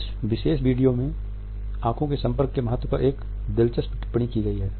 इस विशेष वीडियो में आंखों के संपर्क के महत्व पर एक दिलचस्प टिप्पणी की गई है